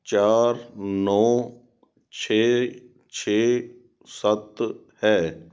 ਚਾਰ ਨੌਂ ਛੇ ਛੇ ਸੱਤ ਹੈ